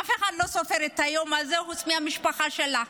אף אחד לא סופר את היום הזה חוץ מהמשפחה שלה,